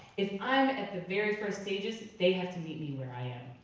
if i'm at the very first stages, they have to meet me where i am.